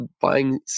buying